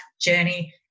journey